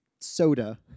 soda